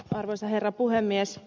arvoisa herra puhemies